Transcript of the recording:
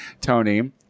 Tony